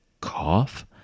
cough